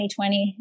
2020